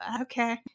Okay